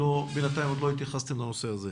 בינתיים עוד לא התייחסתם לנושא הזה.